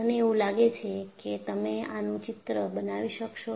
મને એવું લાગે છે કે તમે આનું ચિત્ર બનાવી શકશો